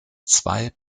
zwei